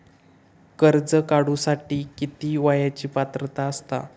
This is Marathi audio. कर्ज काढूसाठी किती वयाची पात्रता असता?